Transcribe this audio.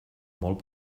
molt